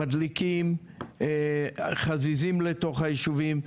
מדליקים חזיזים לתוך היישובים,